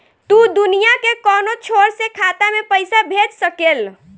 तू दुनिया के कौनो छोर से खाता में पईसा भेज सकेल